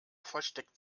versteckt